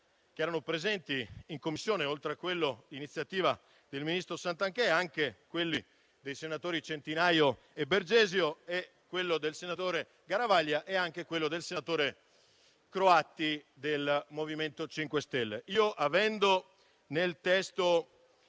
che erano stati presentati in Commissione: oltre a quello d'iniziativa del ministro Santanchè, vi sono anche quelli dei senatori Centinaio e Bergesio, quello del senatore Garavaglia e anche quello del senatore Croatti, del Movimento 5 Stelle. I colleghi